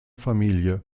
familie